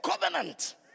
covenant